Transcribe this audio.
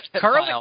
Carly